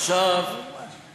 עד הבוקר.